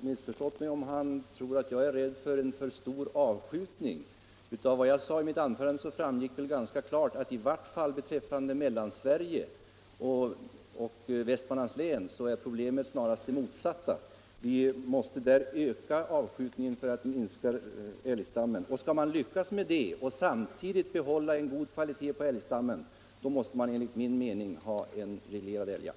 missförstått mig om han tror, att jag är rädd för en för stor avskjutning. Av vad jag sade i mitt anförande framgick väl ganska klart att i vart fall beträffande Västmanlands län och Mellansverige i övrigt är problemet snarast det motsatta. Vi måste där öka avskjutningen för att minska älgstammen. Skall man lyckas med det och samtidigt behålla en god kvalitet på älgstammen måste man enligt min mening ha en reglerad älgjakt.